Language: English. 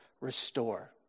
restore